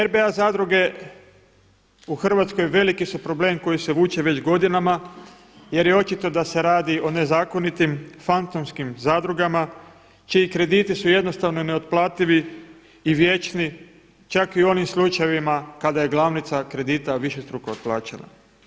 RBA zadruge u Hrvatskoj veliki su problem koji se vuče već godinama jer je očito da se radi o nezakonitim fantomskim zadrugama čiji krediti su jednostavno neotplativi i vječni čak i u onim slučajevima kada je glavnica kredita višestruko otplaćena.